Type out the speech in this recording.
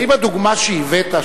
האם הדוגמה שהבאת,